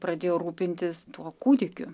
pradėjo rūpintis tuo kūdikiu